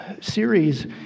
Series